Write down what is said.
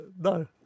No